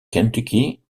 kentucky